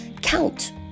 count